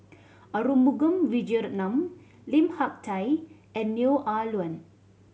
Arumugam Vijiaratnam Lim Hak Tai and Neo Ah Luan